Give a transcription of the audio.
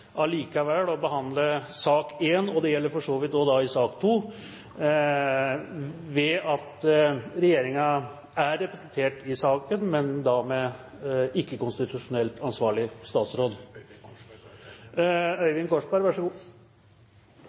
å behandle sak nr. 1, og det gjelder for så vidt også sak nr. 2, ved at regjeringen er representert i salen, men da med ikke den konstitusjonelt ansvarlige statsråd? Representanten Øyvind Korsberg